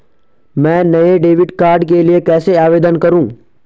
मैं नए debit card के लिए कैसे आवेदन करूं?